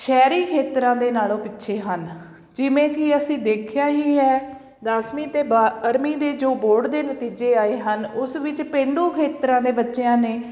ਸ਼ਹਿਰੀ ਖੇਤਰਾਂ ਦੇ ਨਾਲੋਂ ਪਿੱਛੇ ਹਨ ਜਿਵੇਂ ਕਿ ਅਸੀਂ ਦੇਖਿਆ ਹੀ ਹੈ ਦਸਵੀਂ ਅਤੇ ਬਾਰ੍ਹਵੀਂ ਦੇ ਜੋ ਬੋਰਡ ਦੇ ਨਤੀਜੇ ਆਏ ਹਨ ਉਸ ਵਿੱਚ ਪੇਂਡੂ ਖੇਤਰਾਂ ਦੇ ਬੱਚਿਆਂ ਨੇ